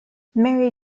mary